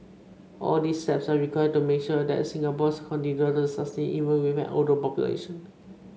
all these steps are required to make sure that Singapore continue to sustain even with an older population